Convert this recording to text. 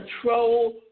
control